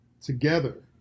together